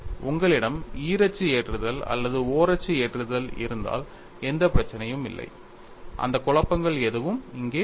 உங்களிடம் ஈரச்சு ஏற்றுதல் அல்லது ஓரச்சு ஏற்றுதல் இருந்தால் எந்த பிரச்சனையும் இல்லை அந்த குழப்பங்கள் எதுவும் இங்கே இல்லை